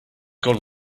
gone